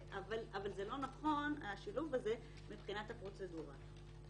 אבל זה לא נכון השילוב הזה מבחינת הפרוצדורה.